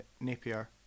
Napier